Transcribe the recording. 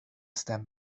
stem